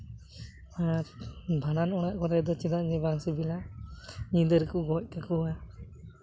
ᱟᱨ ᱵᱷᱟᱸᱰᱟᱱ ᱚᱲᱟᱜ ᱠᱚᱨᱮ ᱫᱚ ᱪᱮᱫᱟᱜ ᱡᱮ ᱵᱟᱝ ᱥᱤᱵᱤᱞᱟ ᱧᱤᱫᱟᱹ ᱨᱮᱠᱚ ᱜᱚᱡ ᱠᱟᱠᱚᱣᱟ